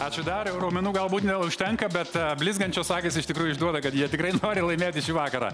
ačiū dar raumenų galbūt neužtenka bet blizgančios akys iš tikrųjų išduoda kad jie tikrai nori laimėti šį vakarą